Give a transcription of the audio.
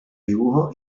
dibujo